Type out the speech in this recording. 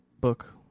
book